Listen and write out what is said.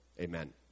Amen